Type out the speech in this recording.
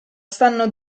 stanno